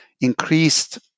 increased